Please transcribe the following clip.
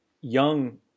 Young